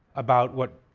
about what